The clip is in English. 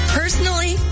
personally